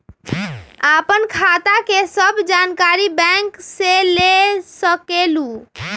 आपन खाता के सब जानकारी बैंक से ले सकेलु?